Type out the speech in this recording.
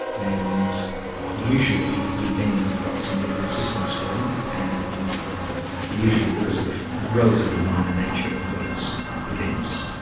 and usually we then got some legal assistance for him, and usually because of the relatively minor nature of those events,